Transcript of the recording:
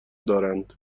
دارند